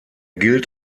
gilt